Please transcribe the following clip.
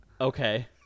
okay